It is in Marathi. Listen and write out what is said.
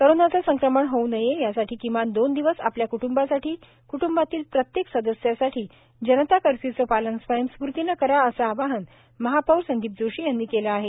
कोरोनाचे संक्रमण होऊ नये यासाठी किमान दोन दिवस आपल्या कुटुंबासाठी कुटुंबातील प्रत्येक सदस्यासाठी जनता कर्फ्यूचे पालन स्वयंस्फूर्तीने करा असे आवाहन महापौर संदीप जोशी यांनी केले आहे